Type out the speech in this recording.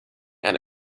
and